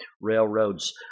railroad's